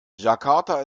jakarta